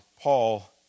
Paul